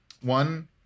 One